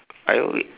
I will wait